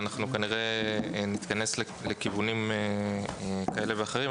ואנחנו כנראה נתכנס לכיוונים כאלה ואחרים.